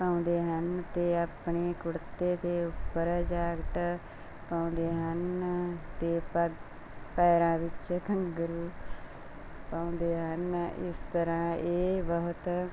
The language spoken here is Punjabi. ਪਾਉਂਦੇ ਹਨ ਅਤੇ ਆਪਣੇ ਕੁੜਤੇ ਦੇ ਉੱਪਰ ਜੈਕਟ ਪਾਉਂਦੇ ਹਨ ਅਤੇ ਪ ਪੈਰਾਂ ਵਿੱਚ ਘੁੰਗਰੂ ਪਾਉਂਦੇ ਹਨ ਇਸ ਤਰ੍ਹਾਂ ਇਹ ਬਹੁਤ